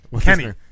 Kenny